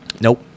Nope